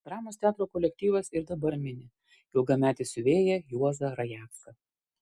dramos teatro kolektyvas ir dabar mini ilgametį siuvėją juozą rajecką